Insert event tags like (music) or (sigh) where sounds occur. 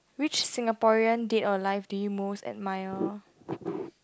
which Singaporean dead or alive do you most admire (noise)